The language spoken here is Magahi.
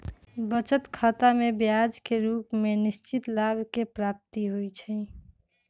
बचत खतामें ब्याज के रूप में निश्चित लाभ के प्राप्ति होइ छइ